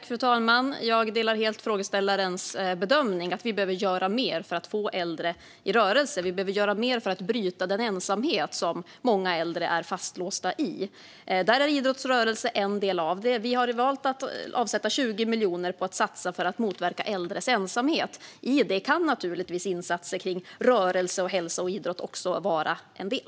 Fru talman! Jag delar helt frågeställarens bedömning att vi behöver göra mer för att få äldre i rörelse. Vi behöver göra mer för att bryta den ensamhet som många äldre är fastlåsta i. Idrottsrörelse är en del av det. Vi har valt att avsätta 20 miljoner som ska satsas på att motverka äldres ensamhet. I detta kan naturligtvis insatser för rörelse, hälsa och idrott också vara en del.